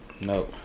No